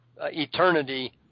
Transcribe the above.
eternity